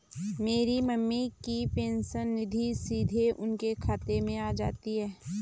मेरी मम्मी की पेंशन निधि सीधे उनके खाते में आ जाती है